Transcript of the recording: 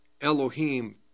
Elohim